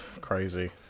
crazy